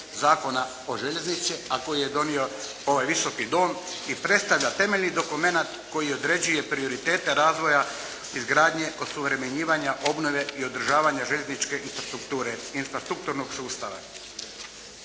Zakona o željeznici a koji je donio ovaj Visoki dom i predstavlja temeljni dokumenat koji određuje prioritete razvoja izgradnje, osuvremenjivanja, obnove i održavanja željezničke infrastrukture, infrastrukturnog sustava.